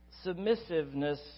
Submissiveness